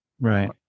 right